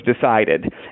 decided